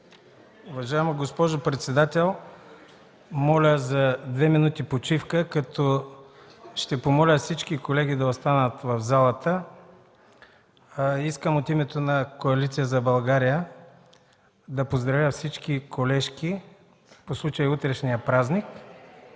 Уважаема госпожо председател, моля за две минути почивка, като ще помоля всички колеги да останат в пленарната зала. Искам от името на Парламентарната група на Коалиция за България да поздравя всички колежки по случай утрешния празник